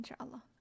Inshallah